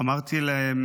אמרתי להם